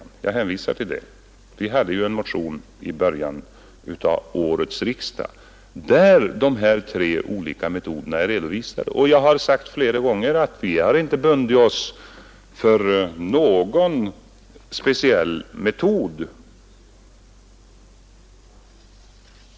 Jag vill hänvisa till att vi i början av årets riksdag väckte en motion, där de tre olika metoderna är redovisade. Jag har också flera gånger sagt att vi inte har bundit oss för någon speciell metod.